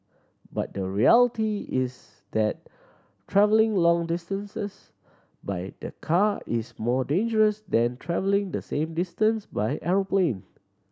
but the reality is that travelling long distances by the car is more dangerous than travelling the same distance by aeroplane